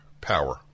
power